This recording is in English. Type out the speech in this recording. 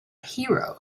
hero